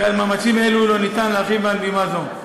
כי על מאמצים אלו לא ניתן להרחיב מעל בימה זו.